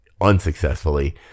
unsuccessfully